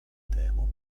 temo